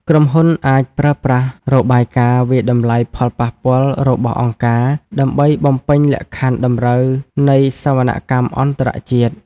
ក្រុមហ៊ុនអាចប្រើប្រាស់របាយការណ៍វាយតម្លៃផលប៉ះពាល់របស់អង្គការ ដើម្បីបំពេញលក្ខខណ្ឌតម្រូវនៃសវនកម្មអន្តរជាតិ។